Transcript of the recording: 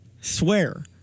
Swear